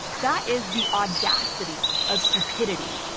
that is the audacity of stupidity.